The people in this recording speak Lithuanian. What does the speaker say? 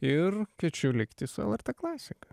ir kviečiu likti su lrt klasika